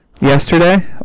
Yesterday